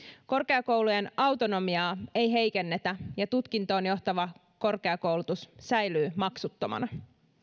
korkeakoulujen autonomiaa ei heikennetä ja tutkintoon johtava korkeakoulutus säilyy maksuttomana